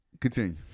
Continue